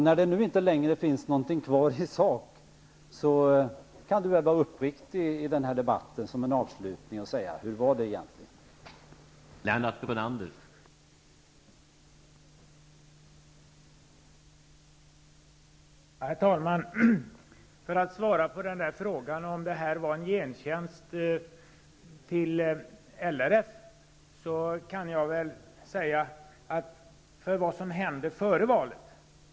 När det nu inte längre finns någonting kvar i sak, kan väl Lennart Brunander vara uppriktig och som en avslutning av denna debatt tala om hur det egentligen var.